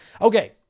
okay